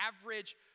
average